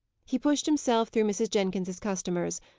he pushed himself through mrs. jenkins's customers,